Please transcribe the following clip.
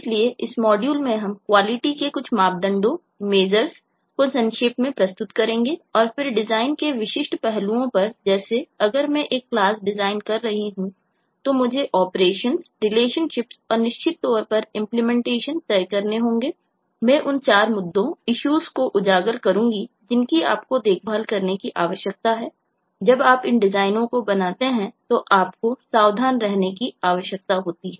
इसलिए इस मॉड्यूल में हम क्वालिटी को उजागर करूँगा जिनकी आपको देखभाल करने की आवश्यकता है जब आप इन डिज़ाइनों को बनाते हैं तो आपको सावधान रहने की आवश्यकता होती है